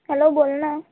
hello बोल ना